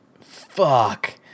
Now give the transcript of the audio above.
Fuck